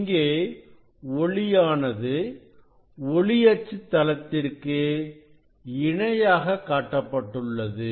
இங்கே ஒளி அச்சு தளத்திற்கு இணையாக காட்டப்பட்டுள்ளது